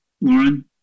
Lauren